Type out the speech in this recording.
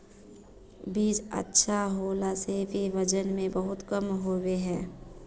बीज अच्छा होला से भी वजन में बहुत कम होबे है?